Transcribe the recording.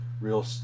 real